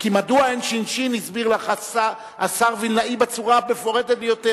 כי מדוע אין ש"ש הסביר לך השר וילנאי בצורה המפורטת ביותר.